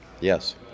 yes